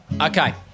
Okay